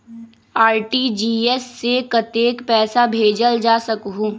RTGS से कतेक पैसा भेजल जा सकहु???